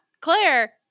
Claire